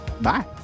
bye